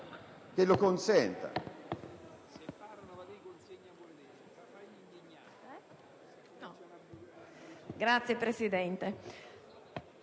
che lo consenta.